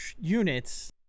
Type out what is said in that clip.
units